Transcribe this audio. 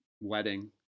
wedding